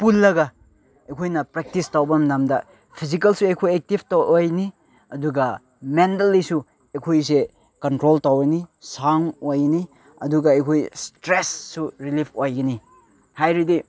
ꯄꯨꯜꯂꯒ ꯑꯩꯈꯣꯏꯅ ꯄ꯭ꯔꯦꯛꯇꯤꯁ ꯇꯧꯕ ꯃꯇꯝꯗ ꯐꯤꯖꯤꯀꯦꯜꯁꯨ ꯑꯩꯈꯣꯏ ꯑꯦꯛꯇꯤꯞ ꯑꯣꯏꯔꯤꯅꯤ ꯑꯗꯨꯒ ꯃꯦꯟꯇꯦꯜꯂꯤꯁꯨ ꯑꯩꯈꯣꯏꯁꯦ ꯀꯟꯇ꯭ꯔꯣꯜ ꯇꯧꯔꯤꯅꯤ ꯁꯥꯎꯟ ꯑꯣꯏꯔꯤꯅꯤ ꯑꯗꯨꯒ ꯑꯩꯈꯣꯏ ꯏꯁꯇꯔꯦꯁꯁꯨ ꯔꯤꯂꯤꯐ ꯑꯣꯏꯒꯅꯤ ꯍꯥꯏꯔꯗꯤ